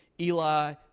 Eli